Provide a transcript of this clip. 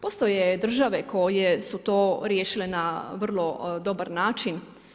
Postoje države koje su to riješile na vrlo dobar način.